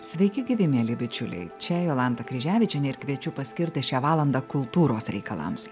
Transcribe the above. sveiki gyvi mieli bičiuliai čia jolanta kryževičienė ir kviečiu paskirti šią valandą kultūros reikalams